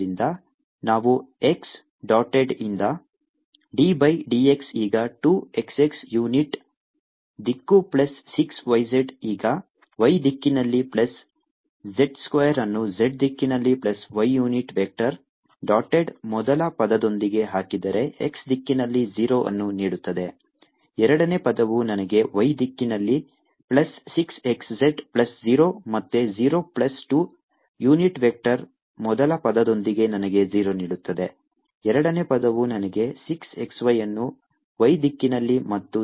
x2x6xyzyz2zz ಆದ್ದರಿಂದ ನಾವು x dotted ಯಿಂದ d ಬೈ dx ಈಗ 2 xx ಯುನಿಟ್ ದಿಕ್ಕು ಪ್ಲಸ್ 6 yz ಈಗ y ದಿಕ್ಕಿನಲ್ಲಿ ಪ್ಲಸ್ z ಸ್ಕ್ವೇರ್ ಅನ್ನು z ದಿಕ್ಕಿನಲ್ಲಿ plus y unit vector dotted ಮೊದಲ ಪದದೊಂದಿಗೆ ಹಾಕಿದರೆ x ದಿಕ್ಕಿನಲ್ಲಿ 0 ಅನ್ನು ನೀಡುತ್ತದೆ ಎರಡನೇ ಪದವು ನನಗೆ y ದಿಕ್ಕಿನಲ್ಲಿ ಪ್ಲಸ್ 6 xz ಪ್ಲಸ್ 0 ಮತ್ತೆ 0 ಪ್ಲಸ್ z ಯುನಿಟ್ ವೆಕ್ಟರ್ ಮೊದಲ ಪದದೊಂದಿಗೆ ನನಗೆ 0 ನೀಡುತ್ತದೆ ಎರಡನೇ ಪದವು ನನಗೆ 6 xy ಅನ್ನು y ದಿಕ್ಕಿನಲ್ಲಿ ಮತ್ತು z ದಿಕ್ಕಿನಲ್ಲಿ 2 zx ನೀಡುತ್ತದೆ